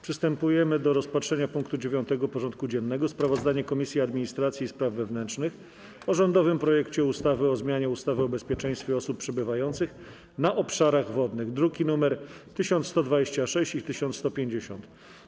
Przystępujemy do rozpatrzenia punktu 9. porządku dziennego: Sprawozdanie Komisji Administracji i Spraw Wewnętrznych o rządowym projekcie ustawy o zmianie ustawy o bezpieczeństwie osób przebywających na obszarach wodnych (druki nr 1126 i 1150)